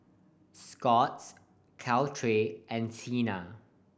Scott's Caltrate and Tena